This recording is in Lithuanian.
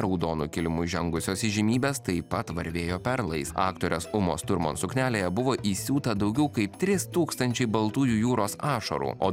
raudonu kilimu žengusios įžymybės taip pat varvėjo perlais aktorės umos turman suknelėje buvo įsiūta daugiau kaip trys tūkstančiai baltųjų jūros ašarų o